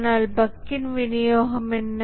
ஆனால் பஃக்ன் விநியோகம் என்ன